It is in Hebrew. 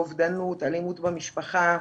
אובדנות, אלימות במשפחה.